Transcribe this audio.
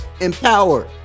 empower